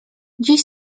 dziś